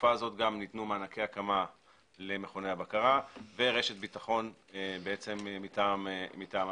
בתקופה הזו גם ניתנו מענקי הקמה למכוני הבקרה ורשת ביטחון מטעם המדינה.